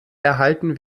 erhalten